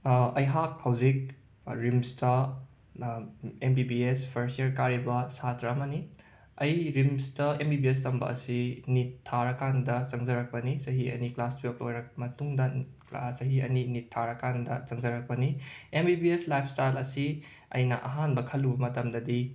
ꯑꯩꯍꯥꯛ ꯍꯧꯖꯤꯛ ꯔꯤꯝꯁꯇꯥ ꯑꯦꯝ ꯕꯤ ꯕꯤ ꯑꯦꯁ ꯐꯔꯁ ꯌꯔ ꯀꯥꯔꯤꯕ ꯁꯥꯇ꯭ꯔ ꯑꯃꯅꯤ ꯑꯩ ꯔꯤꯝꯁꯇ ꯑꯦꯝ ꯕꯤ ꯕꯤ ꯑꯦꯁ ꯇꯝꯕ ꯑꯁꯤ ꯅꯤꯠ ꯊꯥꯔꯀꯥꯟꯗ ꯆꯪꯖꯔꯛꯄꯅꯤ ꯆꯍꯤ ꯑꯅꯤ ꯀ꯭ꯂꯥꯁ ꯇ꯭ꯋꯦꯜꯞ ꯂꯣꯏꯔꯞ ꯃꯇꯨꯡꯗ ꯆꯍꯤ ꯑꯅꯤ ꯅꯤꯠ ꯊꯥꯔꯀꯥꯟꯗ ꯆꯪꯖꯔꯛꯄꯅꯤ M B B S lifestyle ꯑꯁꯤ ꯑꯩꯅ ꯑꯍꯥꯟꯕ ꯈꯜꯂꯨꯕ ꯃꯇꯝꯗꯗꯤ